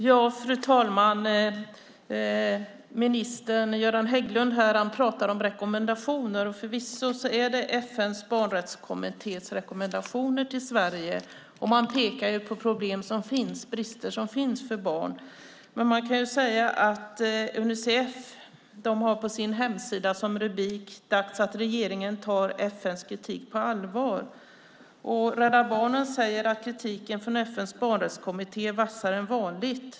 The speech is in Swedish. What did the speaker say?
Fru talman! Socialminister Göran Hägglund pratar om rekommendationer. Förvisso är det FN:s barnrättskommittés rekommendationer till Sverige. Där pekas på problem och brister som finns när det gäller barn. Unicef skriver på sin hemsida: Dags att regeringen tar FN:s kritik på allvar. Rädda Barnen säger att "kritiken från FN:s barnrättskommitté är vassare än vanligt.